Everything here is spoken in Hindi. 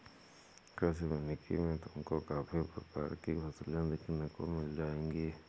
कृषि वानिकी में तुमको काफी प्रकार की फसलें देखने को मिल जाएंगी